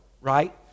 Right